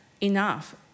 enough